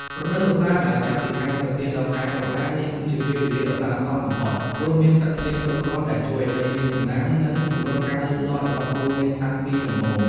រដូវវស្សា ដែលចាប់ពីខែឧសភា ដល់ ខែតុលា នេះគឺជាពេលវេលាដ៏ស័ក្តិសមបំផុត ព្រោះមានទឹកភ្លៀងគ្រប់គ្រាន់ ដែលជួយឱ្យដីមានសំណើម និងជំរុញការលូតលាស់របស់កូនមៀនតាំងពីដំបូង។